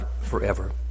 forever